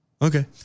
Okay